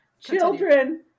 children